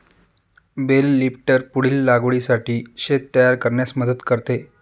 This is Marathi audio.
बेल लिफ्टर पुढील लागवडीसाठी शेत तयार करण्यास मदत करते